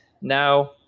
Now